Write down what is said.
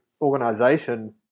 organization